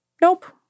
Nope